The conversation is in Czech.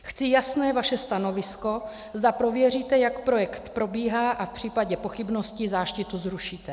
Chci vaše jasné stanovisko, zda prověříte, jak projekt probíhá, a v případě pochybnosti záštitu zrušíte.